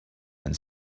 and